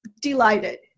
delighted